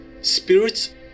spirits